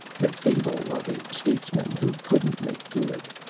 the fable of a statesman who couldn't make good